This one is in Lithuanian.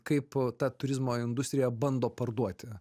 kaip ta turizmo industrija bando parduoti